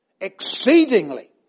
exceedingly